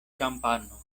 ĉampano